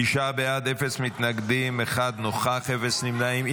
תשעה בעד, אפס מתנגדים, אחד נוכח, אפס נמנעים.